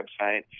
website